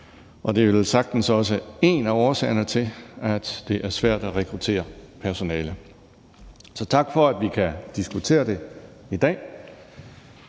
og det er velsagtens også en af årsagerne til, at det er svært at rekruttere personale. Så tak for, at vi kan diskutere det i dag.